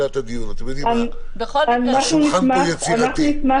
השולחן פה יצירתי.